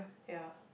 ya